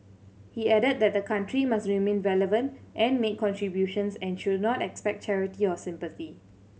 he added that the country must remain relevant and make contributions and should not expect charity or sympathy